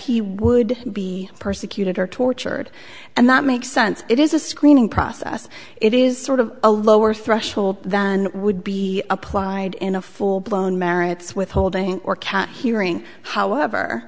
he would be persecuted or tortured and that makes sense it is a screening process it is sort of a lower threshold than would be applied in a full blown merits withholding or cat hearing however